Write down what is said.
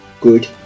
good